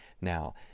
now